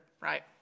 right